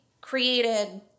created